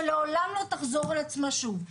שלעולם לא תחזור על עצמה שוב.